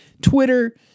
Twitter